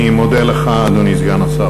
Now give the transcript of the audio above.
אני מודה לך, אדוני סגן השר.